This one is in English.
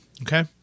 Okay